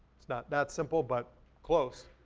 it's not that simple, but close.